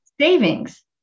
Savings